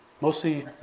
mostly